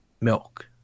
milk